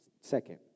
Second